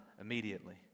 immediately